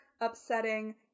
upsetting